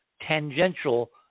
tangential